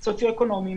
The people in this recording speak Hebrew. סוציו אקונומי,